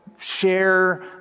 share